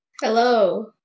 Hello